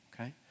okay